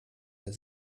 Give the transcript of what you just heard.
der